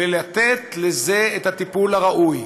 ולתת לזה את הטיפול הראוי,